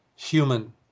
human